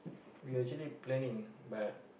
we actually planning but